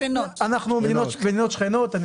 מדינות שכנות.